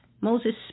Moses